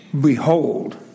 Behold